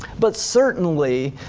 but certainly,